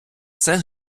все